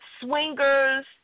swingers